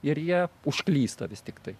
ir jie užklysta vis tiktai